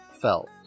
felt